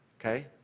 Okay